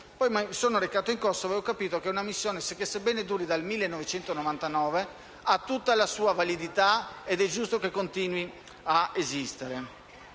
mi sono recato in Kosovo, mi sono reso conto che quella missione, sebbene duri dal 1999, ha tutta la sua validità ed è giusto che continui ad esistere.